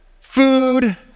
food